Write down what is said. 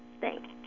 Thanks